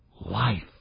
life